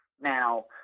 Now